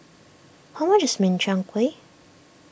how much is Min Chiang Kueh